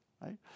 right